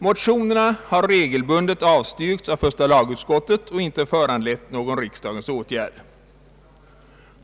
Motionerna har regelbundet avstyrkts av första lagutskottet och inte föranlett någon riksdagens åtgärd.